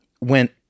went